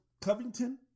Covington